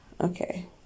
okay